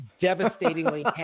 devastatingly